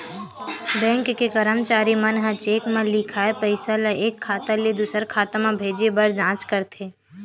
bank के करमचारी मन ह चेक म लिखाए पइसा ल एक खाता ले दुसर खाता म भेजे बर जाँच करथे